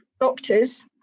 doctors